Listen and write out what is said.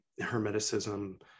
hermeticism